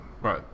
Right